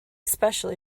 especially